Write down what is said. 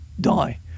die